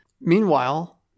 Meanwhile